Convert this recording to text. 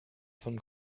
von